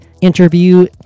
interview